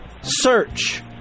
search